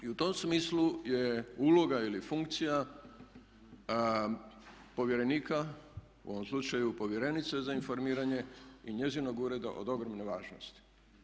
I u tom smislu je uloga ili funkcija povjerenika u ovom slučaju, povjerenice za informiranje i njezinog ureda od ogromne važnosti.